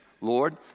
Lord